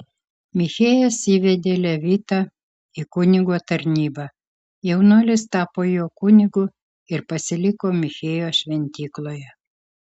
michėjas įvedė levitą į kunigo tarnybą jaunuolis tapo jo kunigu ir pasiliko michėjo šventykloje